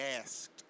asked